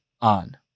on